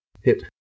hit